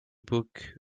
book